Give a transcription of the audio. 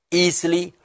easily